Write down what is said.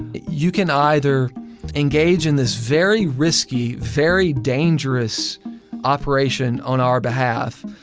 you can either engage in this very risky, very dangerous operation on our behalf,